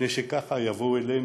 מפני שככה יבואו אלינו,